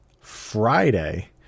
Friday